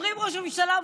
אומרים "ראש ממשלה",